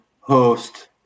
host